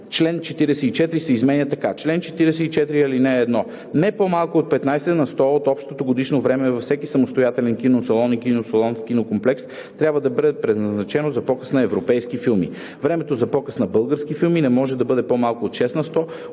Член 44 се изменя така: „Чл. 44. (1) Не по-малко от 15 на сто от общото годишно време във всеки самостоятелен киносалон и киносалон в кинокомплекс трябва да бъде предназначено за показ на европейски филми. Времето за показ на български филми не може да бъде по-малко от 6 на сто